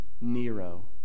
Nero